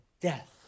death